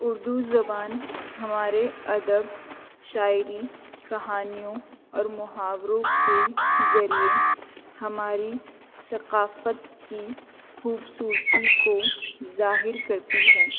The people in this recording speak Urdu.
اردو زبان ہمارے ادب شاعری کہانیوں اور محاوروں کے ذریعے ہماری ثقافت کی خوبصورتی کو ظاہر کرتی ہے